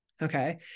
Okay